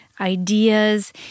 ideas